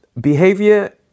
Behavior